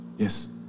Yes